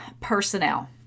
personnel